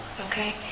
okay